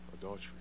adultery